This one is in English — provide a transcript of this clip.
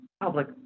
public